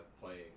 Playing